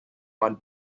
one